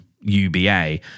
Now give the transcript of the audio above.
UBA